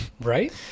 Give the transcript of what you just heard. Right